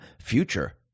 Future